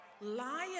Liar